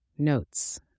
notes